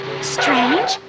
Strange